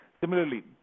Similarly